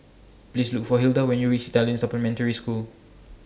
Please Look For Hilda when YOU REACH Italian Supplementary School